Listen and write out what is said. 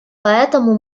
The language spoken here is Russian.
поэтому